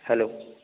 hello